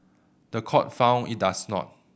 the court found it does not